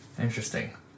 Interesting